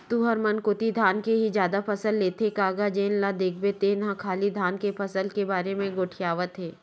तुंहर मन कोती धान के ही जादा फसल लेथे का गा जेन ल देखबे तेन ह खाली धान के फसल के बारे म गोठियावत हे?